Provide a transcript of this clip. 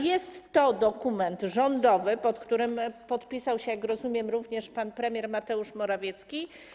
Jest to dokument rządowy, pod którym podpisał się, jak rozumiem, również pan premier Mateusz Morawiecki.